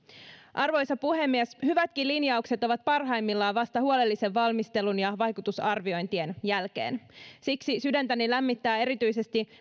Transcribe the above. arvoisa puhemies hyvätkin linjaukset ovat parhaimmillaan vasta huolellisen valmistelun ja vaikutusarviointien jälkeen siksi sydäntäni lämmittää erityisesti